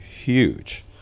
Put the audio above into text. huge